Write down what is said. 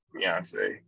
Beyonce